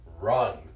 Run